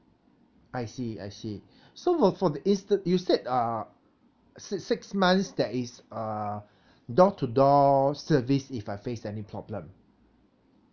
I see I see so will for is the you said uh six six months that is uh door to door service if I face any problem